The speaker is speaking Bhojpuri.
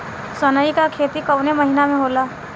सनई का खेती कवने महीना में होला?